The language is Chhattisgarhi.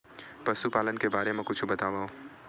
पशुपालन के बारे मा कुछु बतावव?